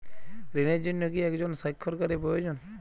ঋণের জন্য কি একজন স্বাক্ষরকারী প্রয়োজন?